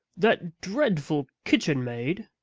that dreadful kitchenmaid